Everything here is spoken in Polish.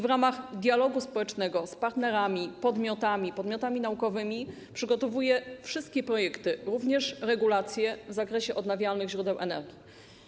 W ramach dialogu społecznego z partnerami, podmiotami i podmiotami naukowymi przygotowuje wszystkie projekty, również regulacje w zakresie odnawialnych źródeł energii.